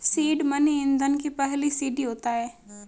seed money ईंधन की पहली सीढ़ी होता है